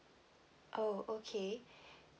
oh okay